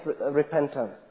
repentance